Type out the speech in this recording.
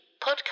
podcast